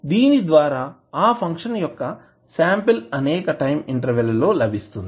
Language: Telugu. దీని ద్వారా ఆ ఫంక్షన్ యొక్క శాంపిల్ అనేక టైం ఇంటర్వెల్ లలో లభిస్తుంది